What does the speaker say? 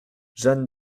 jeanne